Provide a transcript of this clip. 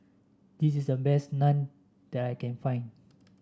this is the best naan that I can find